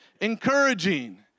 encouraging